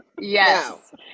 Yes